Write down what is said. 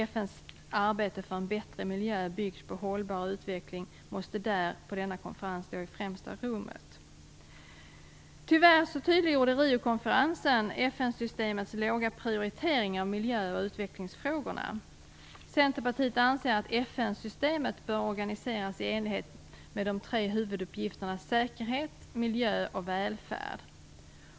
FN:s arbete för en bättre miljö byggd på hållbar utveckling måste vid denna konferens stå i främsta rummet. Tyvärr tydliggjorde Riokonferensen FN-systemets låga prioritering av miljö och utvecklingsfrågorna. Centerpartiet anser att FN-systemet bör organiseras i enlighet med de tre huvuduppgifterna; säkerhet, miljö och välfärd.